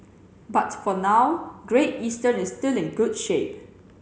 but for now Great Eastern is still in good shape